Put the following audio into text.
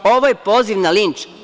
Ovo je poziv na linč.